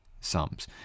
sums